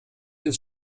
ins